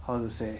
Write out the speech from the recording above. how to say